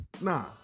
Nah